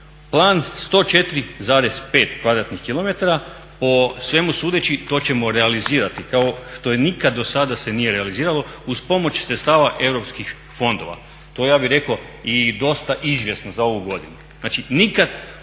kvadratnih km. Po svemu sudeći to ćemo realizirati kao što se nikada do sada nije realiziralo uz pomoć sredstava europskih fondova. to ja bi rekao i dosta izvjesno za ovu godinu. Znači nikada